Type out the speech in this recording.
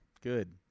good